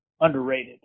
underrated